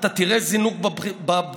ואתה תראה זינוק בבדיקות.